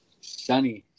Sunny